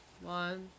One